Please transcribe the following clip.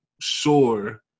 Sure